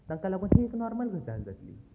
तांकां लागून ही एक नॉर्मल गजाल जातलीं